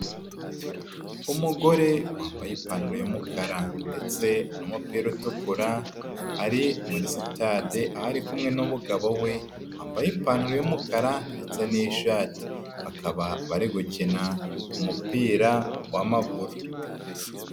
Umugore wambaye ipantaro y'umukara ndetse n'umupira utukura, ari muri sitade aho ari kumwe n'umugabo we wambaye ipantaro y'umukara ndetse n'ishati bakaba bari gukina umupira w'amaguru.